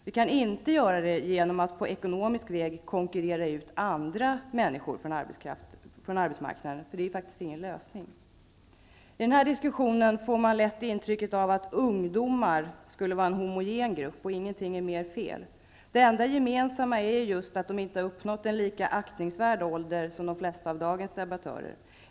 Vi kan inte göra det genom att på ekonomisk väg konkurrera ut andra människor från arbetsmarknaden. Det är ingen lösning. Man får i denna diskussion lätt intrycket att ungdomar skulle vara en homogen grupp. Ingenting är mer fel. Det enda gemensamma är just att de inte uppnått en lika aktningsvärd ålder som de flesta av dagens debattörer.